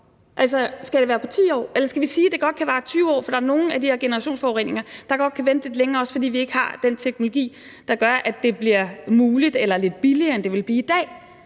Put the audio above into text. Skal der gå 10 år, eller skal vi sige, at det godt kan vare 20 år, fordi der er nogle af de her generationsforureninger, der godt kan vente lidt længere, fordi vi så vil have den teknologi, der gør, at det bliver muligt eller lidt billigere, end det ville blive i dag?